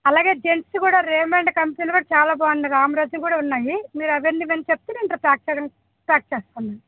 అలాగే జెంట్స్కి కూడా రేమండ్ కంపెనీలో కూడా చాలా బాగున్నాయి రామ్రాజ్వి కూడా ఉన్నాయి మీరు అవి ఎన్ని ఇవి ఎన్ని చెప్తే నేను ప్యాక్ చేయడానికి ప్యాక్ చేస్తాను